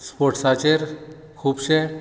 स्पोर्ट्साचेर खुबशें